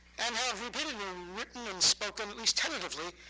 and have repeatedly um written and spoken, at least tentatively,